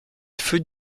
fut